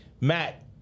Matt